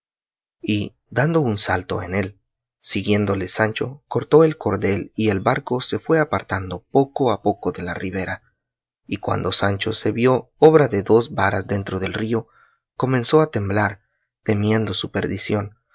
y dando un salto en él siguiéndole sancho cortó el cordel y el barco se fue apartando poco a poco de la ribera y cuando sancho se vio obra de dos varas dentro del río comenzó a temblar temiendo su perdición